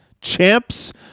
champs